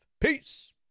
Peace